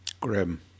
Grim